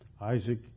Isaac